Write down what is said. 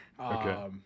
Okay